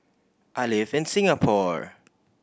I live in Singapore